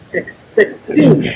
expecting